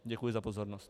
Děkuji za pozornost.